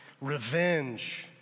revenge